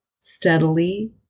steadily